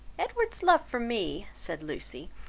edward's love for me, said lucy,